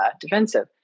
defensive